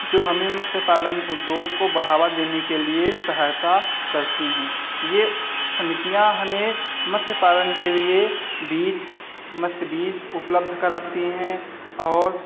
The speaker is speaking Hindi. जो हमें मत्स्य पालन उद्योग को बढ़ावा देने के लिए सहायता करती हैं ये समितियां हमें मत्स्य पालन के लिए बीज मत्स्य बीज उपलब्ध कराती हैं और